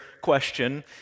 question